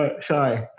sorry